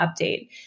update